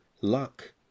luck